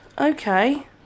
Okay